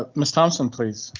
ah miss thompson, please.